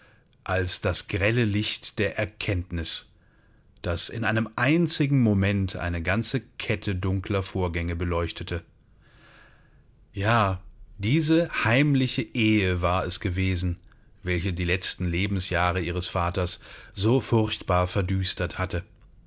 als das grelle licht der erkenntnis das in einem einzigen moment eine ganze kette dunkler vorgänge beleuchtete ja diese heimliche ehe war es gewesen welche die letzten lebensjahre ihres vaters so furchtbar verdüstert hatte